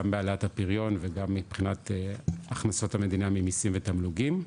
גם בהעלאת הפריון וגם מבחינת הכנסות המדינה ממיסים ותמלוגים.